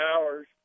hours